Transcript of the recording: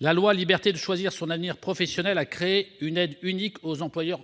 la liberté de choisir son avenir professionnel a créé une aide unique aux employeurs